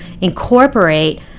incorporate